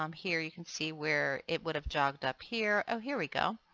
um here you can see where it would have jogged up here. oh here we go.